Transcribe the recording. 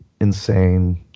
insane